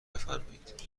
بفرمایید